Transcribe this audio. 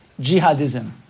jihadism